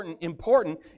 important